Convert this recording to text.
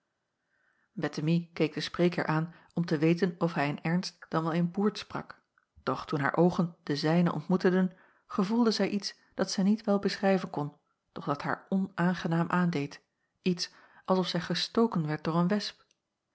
keek den spreker aan om te weten of hij in ernst dan wel in boert sprak doch toen haar oogen de zijne ontmoeteden gevoelde zij iets dat zij niet wel beschrijven kon doch dat haar onaangenaam aandeed iets als of zij gestoken werd door een wesp